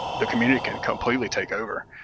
the community can completely take over,